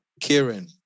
Kieran